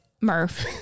Murph